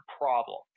problem